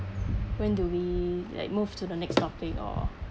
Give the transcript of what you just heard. when do we like move to the next topic or